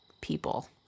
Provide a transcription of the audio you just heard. people